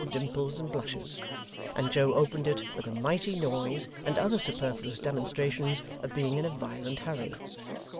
all dimples and blushes and joe opened it with a mighty noise, and other superfluous demonstrations of being in a violent hurry.